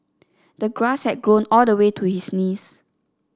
the grass had grown all the way to his knees